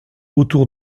autour